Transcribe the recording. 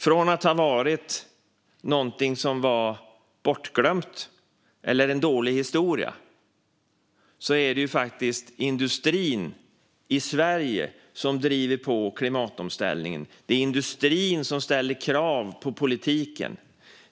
Från att ha varit någonting bortglömt eller en dålig historia är det industrin i Sverige som driver på klimatomställningen. Det är industrin som ställer krav på politiken.